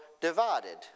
divided